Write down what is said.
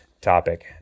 topic